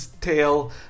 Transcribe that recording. tale